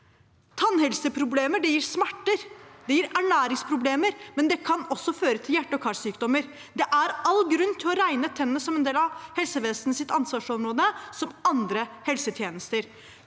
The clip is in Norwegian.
Tannhelseproblemer gir smerter og ernæringsproblemer og kan også føre til hjerte- og karsykdommer. Det er all grunn til å regne tennene som en del av helsevesenets ansvarsområde, som andre helsetjenester.